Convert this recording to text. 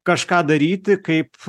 kažką daryti kaip